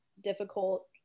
difficult